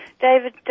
David